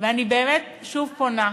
אני באמת שוב פונה,